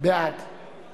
דורון אביטל,